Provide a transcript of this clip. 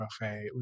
buffet